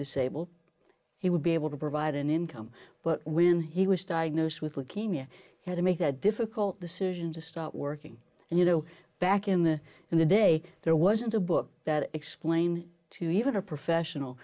disabled he would be able to provide an income but when he was diagnosed with leukemia had to make a difficult decision to stop working and you know back in the in the day there wasn't a book that explain to even a professional